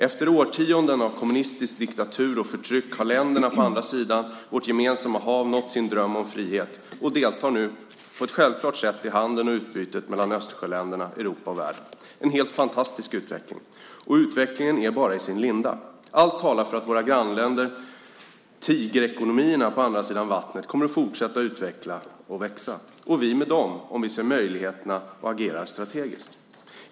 Efter årtionden av kommunistisk diktatur och förtryck har länderna på andra sidan vårt gemensamma hav nått sin dröm om frihet och deltar nu på ett självklart sätt i handeln och utbytet mellan Östersjöländerna, Europa och världen. Det är en helt fantastisk utveckling. Och utvecklingen är bara i sin linda. Allt talar för att våra grannländer, tigerekonomierna på andra sidan vattnet, kommer att fortsätta att utvecklas och växa - och vi med dem, om vi ser möjligheterna och agerar strategiskt.